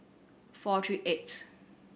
four three eighth